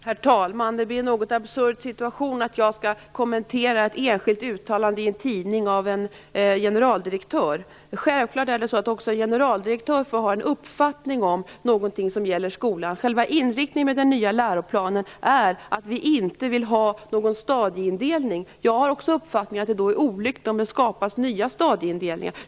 Herr talman! Det blir en något absurd situation om jag skall kommentera ett enskilt uttalande av en generaldirektör i en tidning. Självfallet får också en generaldirektör ha en uppfattning om någonting som gäller skolan. Själva inriktningen i den nya läroplanen är att vi inte vill ha någon stadieindelning. Jag har också uppfattningen att det då är olyckligt om det skapas nya stadieindelningar.